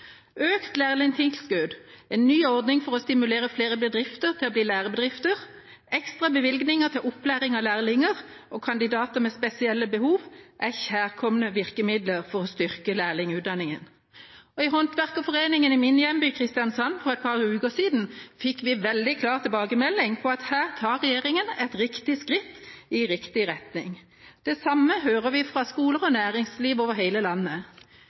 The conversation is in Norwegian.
Økt lærlingtilskudd, en ny ordning for å stimulere flere bedrifter til å bli lærebedrifter og ekstra bevilgninger til opplæring av lærlinger og kandidater med spesielle behov, er kjærkomne virkemidler for å styrke lærlingutdanningen. I håndverkerforeningen i min hjemby, Kristiansand, fikk vi for et par uker siden veldig klar tilbakemelding om at regjeringa tar et godt skritt i riktig retning. Det samme hører vi fra skoler og næringsliv over hele landet.